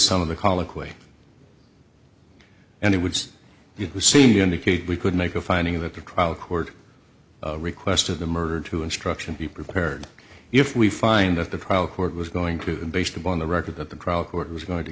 some of the colloquy and it would seem to indicate we could make a finding that the trial court request of the murder two instruction be prepared if we find that the trial court was going through and based upon the record that the trial court was going to